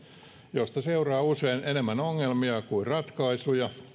joista seuraa usein enemmän ongelmia kuin ratkaisuja